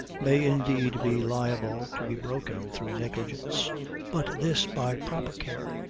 may indeed be liable to be broken through negligence but this, by proper care,